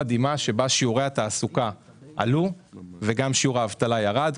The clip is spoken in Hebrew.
ששיעורי התעסוקה עלו ושיעור האבטלה ירד.